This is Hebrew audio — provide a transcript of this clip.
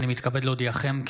אני מתכבד להודיעכם,